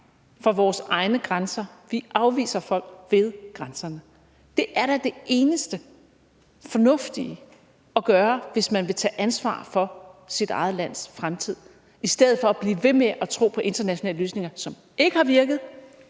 for vores egne grænser; vi afviser folk ved grænserne. Det er da det eneste fornuftige at gøre, hvis man vil tage ansvar for sit eget lands fremtid, i stedet for at blive ved med at tro på internationale løsninger, som ikke har virket